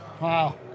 Wow